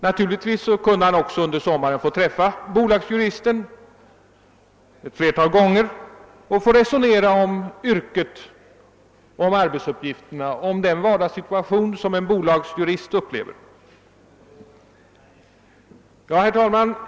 Naturligtvis kunde han också under sommaren få träffa bolagsjuristen ett flertal gånger och resonera om yrket, om arbetsuppgifterna och den vardagssituation som en bolagsjurist möter. Herr talman!